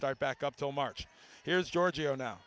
start back up till march here's giorgio now